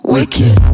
Wicked